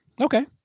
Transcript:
Okay